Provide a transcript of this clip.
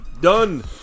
done